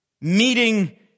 meeting